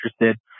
interested